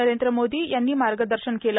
नरेंद्र मोदी यांनी मार्गदर्शन केलं